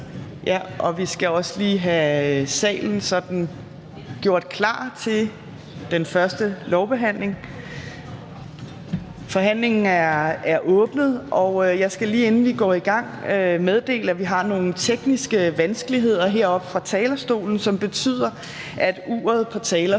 at vi lige skal have salen gjort klar til den første lovbehandling. Jeg skal lige, inden vi går i gang, meddele, at vi har nogle tekniske vanskeligheder heroppe ved talerstolen, som betyder, at uret på talerstolen